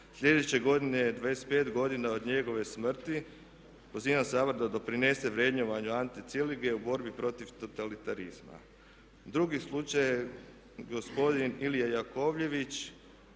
Sljedeće godine je 25 godina od njegove smrti, pozivam Sabor da doprinese vrednovanju Ante Cilige u borbi protiv totalitarizma. Drugi slučaj je gospodin Ilija Jakovljević,